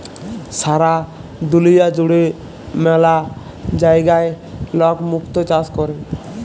সারা দুলিয়া জুড়ে ম্যালা জায়গায় লক মুক্ত চাষ ক্যরে